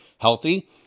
healthy